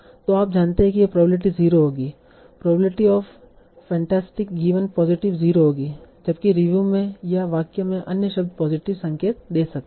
तो आप जानते हैं कि यह प्रोबेबिलिटी 0 होगी probability of fantastic given positive 0 होगी जबकि रिव्यु में या वाक्य में अन्य शब्द पॉजिटिव संकेत दे सकते हैं